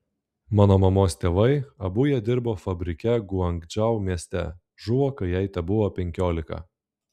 mano mamos tėvai abu jie dirbo fabrike guangdžou mieste žuvo kai jai tebuvo penkiolika